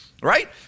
right